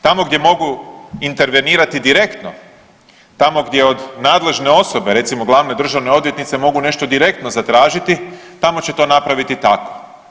Tamo gdje mogu intervenirati direktno, tamo gdje od nadležne osobe, recimo glavne državne odvjetnice mogu nešto direktno zatražiti tamo će to napraviti tako.